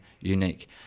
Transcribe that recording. unique